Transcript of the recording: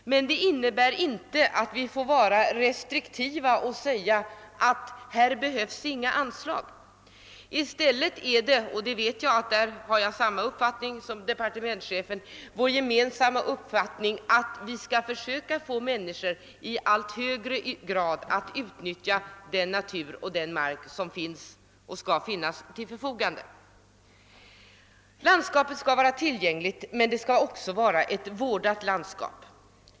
Men det innebär inte att vi bör vara restriktiva och säga, att det inte behövs några anslag. I stället bör vi — och jag vet att jag därvidlag har samma uppfattning som departementschefen — försöka få människor att i allt större utsträckning utnyttja den natur och den mark som skall stå till förfogande för detta ändamål. Landskapet skall vara tillgängligt, men det skall också vara vårdat.